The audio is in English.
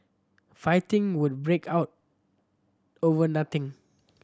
fighting would break out over nothing